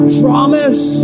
promise